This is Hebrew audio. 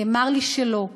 נאמר לי שלא.